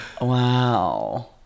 Wow